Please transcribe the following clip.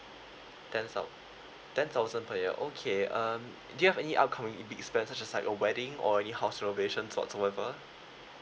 ten some ten thousand per year okay um do you have any upcoming big spend such as like a wedding or any house renovations sorts whatever